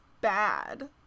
bad